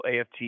AFT